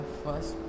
first